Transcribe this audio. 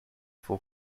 for